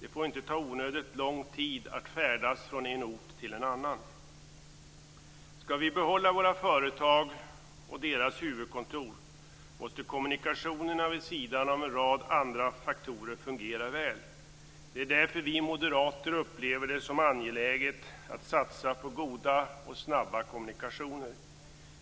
Det får inte ta onödigt lång tid att färdas från en ort till en annan. Skall vi behålla våra företag och deras huvudkontor måste kommunikationerna, vid sidan av en rad andra faktorer, fungera väl. Det är därför vi moderater upplever det som angeläget att satsa på goda och snabba kommunikationer.